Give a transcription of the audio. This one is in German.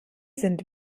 sind